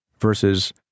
Versus